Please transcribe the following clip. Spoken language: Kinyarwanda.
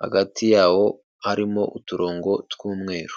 Hagati yawo harimo uturongo tw'umweru.